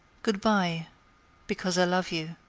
good-by because i love you.